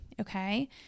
Okay